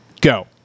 Go